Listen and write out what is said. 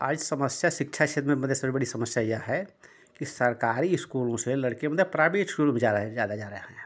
आज समस्या शिक्षा क्षेत्र में मतलब इसमें बड़ी समस्या यह है कि सरकारी इस्कूलों से लड़के मतलब प्राइबेट इस्कूल में जा रहे ज़्यादा जा रहे हैं